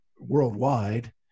worldwide